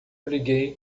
liguei